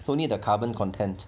it's only the carbon content